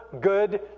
good